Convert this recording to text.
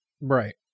Right